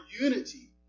unity